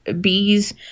Bees